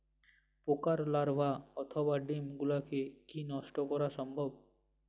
পোকার লার্ভা অথবা ডিম গুলিকে কী নষ্ট করা সম্ভব?